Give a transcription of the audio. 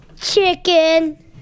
Chicken